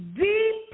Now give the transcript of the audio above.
deep